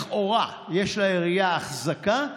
לכאורה יש לעירייה אחזקה,